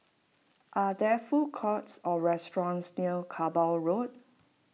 are there food courts or restaurants near Kerbau Road